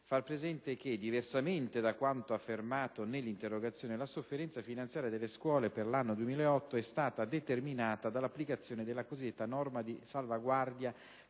fare presente che, diversamente da quanto affermato nell'interrogazione, la sofferenza finanziaria delle scuole per l'anno 2008 è stata determinata dall'applicazione della cosiddetta norma di salvaguardia,